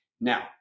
now